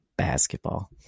basketball